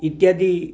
ଇତ୍ୟାଦି